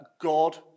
God